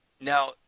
Now